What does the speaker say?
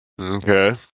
Okay